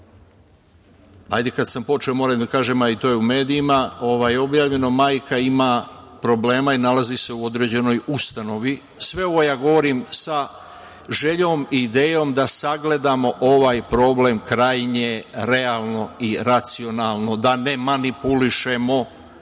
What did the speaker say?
hajde kada sam počeo moram da kažem, a i to je u medijima objavljeno da majka ima problema i nalazi se u određenoj ustanovi, sve ovo govorim sa željom i idejom da sagledamo ovaj problem krajnje realno i racionalno, da ne manipulišemo